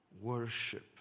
worship